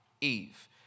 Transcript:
Eve